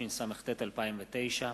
התשס"ט 2009,